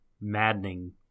maddening